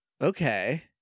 Okay